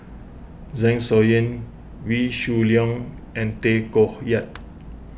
Zeng Shouyin Wee Shoo Leong and Tay Koh Yat